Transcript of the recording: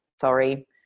sorry